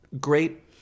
Great